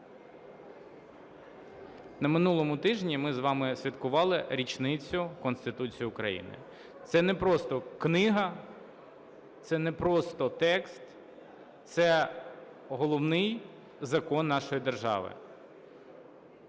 На минулому тижні ми з вами святкували річницю Конституції України. Це не просто книга, це не просто текст, це головний закон нашої держави.